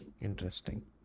Interesting